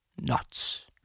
Nuts